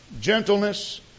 gentleness